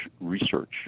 research